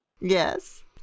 Yes